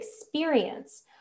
experience